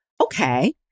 okay